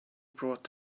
brought